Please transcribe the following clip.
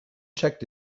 checked